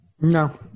no